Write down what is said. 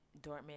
Dortmund